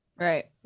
Right